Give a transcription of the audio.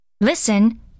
Listen